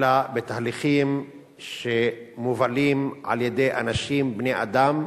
אלא בתהליכים שמובלים על-ידי אנשים, בני-אדם,